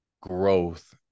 growth